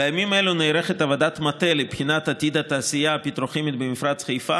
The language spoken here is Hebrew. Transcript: בימים אלו נערכת עבודת מטה לבחינת עתיד התעשייה הפטרוכימית במפרץ חיפה,